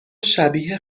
شبیه